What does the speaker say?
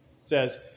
says